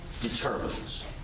determines